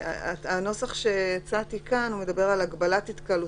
הנוסח שהצעתי כאן מדבר על הגבלת התקהלות,